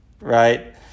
right